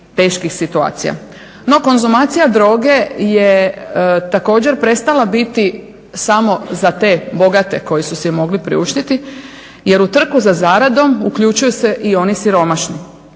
No, konzumacija droge je također prestala biti samo za te bogate koji su si mogli priuštiti, jer u trku za zaradom uključuju se i oni siromašni